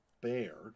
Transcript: bear